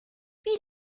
wie